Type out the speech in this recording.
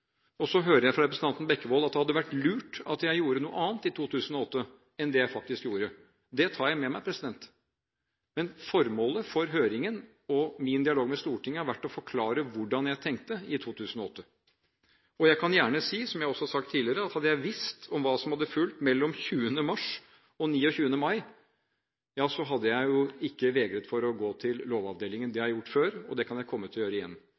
2008. Så hører jeg fra representanten Bekkevold at det hadde vært lurt om jeg hadde gjort noe annet i 2008 enn det jeg faktisk gjorde. Det tar jeg med meg. Men formålet med høringen og min dialog med Stortinget har vært å forklare hvordan jeg tenkte i 2008. Jeg kan gjerne si, som jeg også har sagt tidligere, at hadde jeg visst hva som fulgte mellom 20. mars og 29. mai, hadde jeg ikke vegret meg for å gå til Lovavdelingen. Det har jeg gjort før, og det kan jeg komme til å gjøre igjen.